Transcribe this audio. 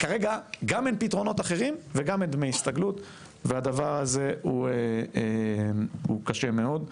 כרגע גם אין פתרונות אחרים וגם אין דמי הסתגלות והדבר הזה הוא קשה מאוד.